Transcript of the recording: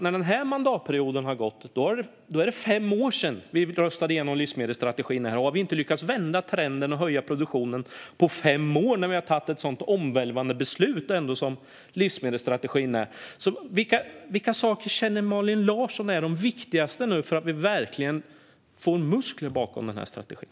När den här mandatperioden har gått är det fem år sedan vi röstade igenom livsmedelsstrategin. Tänk om vi inte har lyckats vända trenden och höja produktionen på fem år när vi har tagit ett sådant omvälvande beslut som livsmedelsstrategin är. Vilka saker känner Malin Larsson är de viktigaste för att verkligen få muskler bakom strategin?